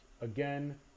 Again